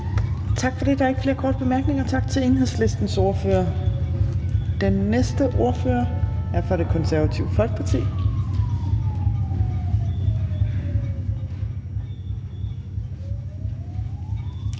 Tak for det. Der er ikke flere korte bemærkninger. Tak til Enhedslistens ordfører. Den næste ordfører er fra Det Konservative Folkeparti,